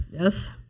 Yes